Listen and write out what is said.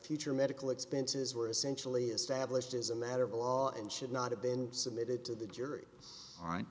future medical expenses were essentially established as a matter of law and should not have been submitted to the jury